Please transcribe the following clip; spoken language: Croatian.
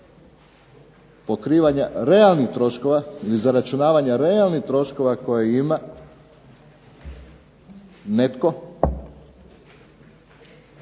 pokrivanja realnih troškova ili zaračunavanja realnih troškova koje ima netko